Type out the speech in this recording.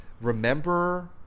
remember